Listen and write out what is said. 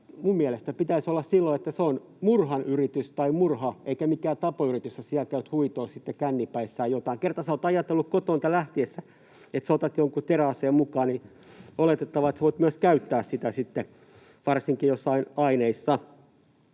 silloin pitäisi olla niin, että se on murhan yritys tai murha eikä mikään tapon yritys, jos siellä käyt sitten huitomaan kännipäissäsi jotakuta. Jos kerran olet ajatellut kotoa lähtiessäsi, että otat jonkun teräaseen mukaan, niin oletettavaa on, että voit myös sitten käyttää sitä, varsinkin joissain aineissa.